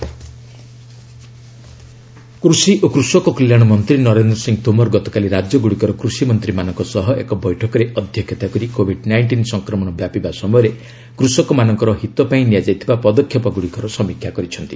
centre status କୃଷି ଓ କୃଷକ କଲ୍ୟାଣ ମନ୍ତ୍ରୀ ନରେନ୍ଦ୍ର ସିଂ ତୋମର ଗତକାଲି ରାଜ୍ୟଗୁଡ଼ିକର କୃଷିମନ୍ତ୍ରୀମାନଙ୍କ ସହ ଏକ ବୈଠକରେ ଅଧ୍ୟକ୍ଷତା କରି କୋଭିଡ୍ ନାଇଷ୍ଟିନ୍ ସଂକ୍ରମଣ ବ୍ୟାପିବା ସମୟରେ କୃଷକମାନଙ୍କ ହିତ ପାଇଁ ନିଆଯାଇଥିବା ପଦକ୍ଷେପଗୁଡ଼ିକର ସମୀକ୍ଷା କରିଛନ୍ତି